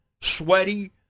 sweaty